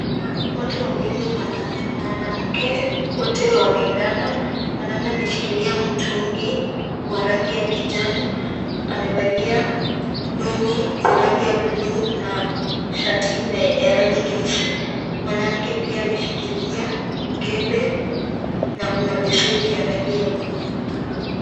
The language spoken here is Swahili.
Watu wawili, mwanaume na mwanamke, wote wameinama. Mwanaume ameshikilia mtungi wa rangi ya kijani. Amevalia long'i ya rangi ya blue na shati ya rangi nyeusi. Mwanamke pia ameshikilia mkebe na kuna beseni ya rangi ya buluu.